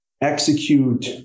execute